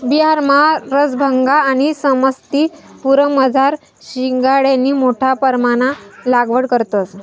बिहारमा रसभंगा आणि समस्तीपुरमझार शिंघाडानी मोठा परमाणमा लागवड करतंस